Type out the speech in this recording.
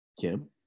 Kim